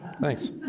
thanks